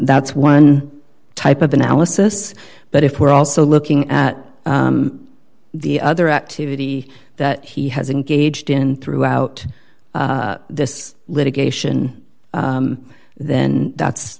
that's one type of analysis but if we're also looking at the other activity that he has engaged in throughout this litigation then that's